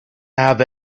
have